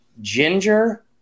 ginger